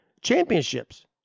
championships